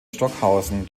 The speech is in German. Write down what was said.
stockhausen